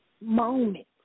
moment